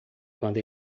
quando